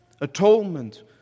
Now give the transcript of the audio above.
atonement